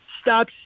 stop